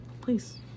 please